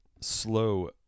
slow